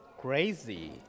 crazy